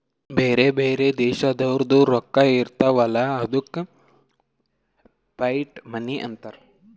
ಬ್ಯಾರೆ ಬ್ಯಾರೆ ದೇಶದೋರ್ದು ರೊಕ್ಕಾ ಇರ್ತಾವ್ ಅಲ್ಲ ಅದ್ದುಕ ಫಿಯಟ್ ಮನಿ ಅಂತಾರ್